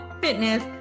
fitness